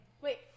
Wait